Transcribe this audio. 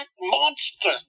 monster